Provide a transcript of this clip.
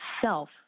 self